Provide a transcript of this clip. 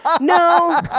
No